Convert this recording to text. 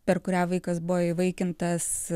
per kurią vaikas buvo įvaikintas